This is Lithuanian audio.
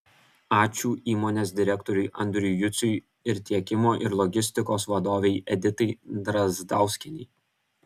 ačiū įmonės direktoriui andriui juciui ir tiekimo ir logistikos vadovei editai drazdauskienei